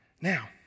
Now